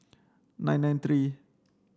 nine nine three